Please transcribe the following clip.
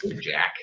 Jack